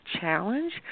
challenge